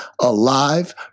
alive